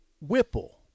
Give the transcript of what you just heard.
Whipple